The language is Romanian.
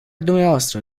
dvs